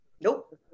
nope